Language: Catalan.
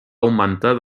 augmentar